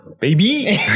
Baby